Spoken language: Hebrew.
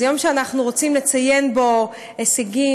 זה יום שאנחנו רוצים לציין בו הישגים,